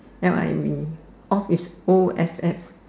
L I V E off is O F F